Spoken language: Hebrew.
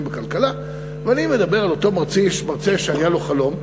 בכלכלה ואני מדבר על אותו מרצה שהיה לו חלום,